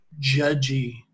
judgy